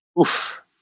oof